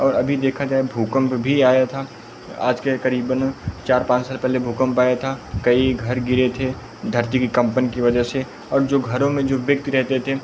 और अभी देखा जाए भूकंप भी आया था आज से क़रीबन चार पाँच साल पहले भूकंप आया था कई घर गिरे थे धरती की कंपन की वजह से और जो घरों में जो व्यक्ति रहते थे